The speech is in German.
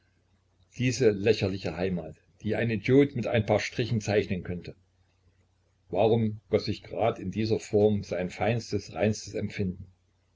diese lächerliche heimat die ein idiot mit ein paar strichen zeichnen könnte warum goß sich grade in diese formen sein feinstes reinstes empfinden